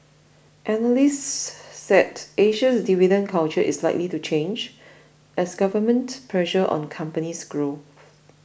analysts said Asia's dividend culture is likely to change as government pressure on companies grow